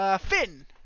Finn